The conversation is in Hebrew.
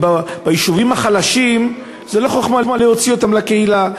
הרי ביישובים החלשים זה לא חוכמה להוציא אותם לקהילה,